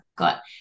Got